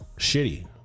Shitty